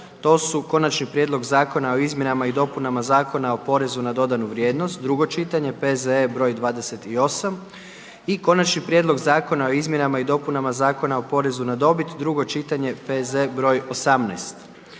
to su: - Konačni prijedlog Zakona o izmjenama i dopunama Zakona o porezu na dodanu vrijednost, drugo čitanje, P.Z.BR.28 i - Konačni prijedlog Zakona o izmjenama i dopunama Zakona o porezu na dobit, drugo čitanje, P.Z.BR.18.